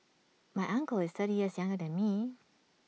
my uncle is thirty years younger than me